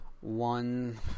one